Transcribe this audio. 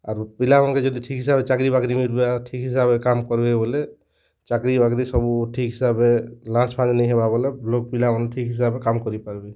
ଆରୁ ପିଲାମାନଙ୍କୁ ଯଦି ଠିକ୍ ସମୟରେ ଚାକିର୍ ବାକିର୍ ମିଲିବା ଠିକ୍ ହିସାବରେ କାମ୍ କରିବେ ବୋଲେ ଚାକିର୍ ବାକିର୍ ସବୁ ଠିକ୍ ହିସାବରେ ଲାସ୍ ଫାସ୍ ନେଇ ହେବା ବୋଲେ ଲୋକ୍ ପିଲାମାନେ ଠିକ୍ ହିସାବରେ କାମ୍ କରି ପାରିବେ